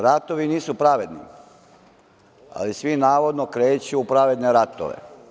Ratovi nisu pravedni, ali svi navodno kreću u pravedne ratove.